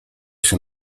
się